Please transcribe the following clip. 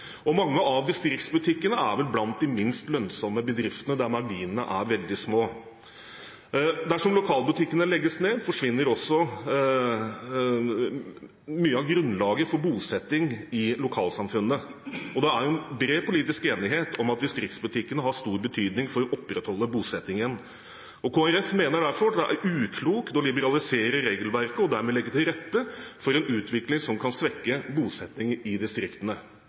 Mange av distriktsbutikkene er vel blant de minst lønnsomme bedriftene, der marginene er veldig små. Dersom lokalbutikkene legges ned, forsvinner også mye av grunnlaget for bosetting i lokalsamfunnene, og det er bred politisk enighet om at distriktsbutikkene har stor betydning for å opprettholde bosettingen. Kristelig Folkeparti mener derfor at det er uklokt å liberalisere regelverket og dermed legge til rette for en utvikling som kan svekke bosetting i distriktene.